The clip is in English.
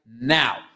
now